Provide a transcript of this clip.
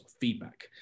feedback